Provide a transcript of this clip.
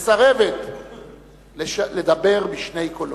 מסרבת לדבר בשני קולות.